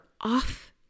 off